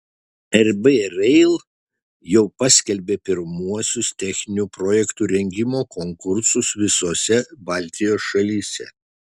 rb rail jau paskelbė pirmuosius techninių projektų rengimo konkursus visose baltijos šalyse